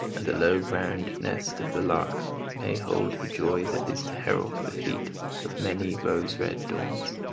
and the low ground nest of the lark may hold the joy that is to herald the feet of many rose-red dawns.